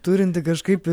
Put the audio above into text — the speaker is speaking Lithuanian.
turinti kažkaip